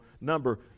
number